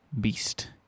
beast